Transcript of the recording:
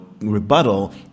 rebuttal